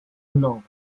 law